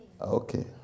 Okay